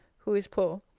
who is poor,